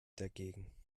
dagegen